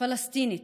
פלסטינית,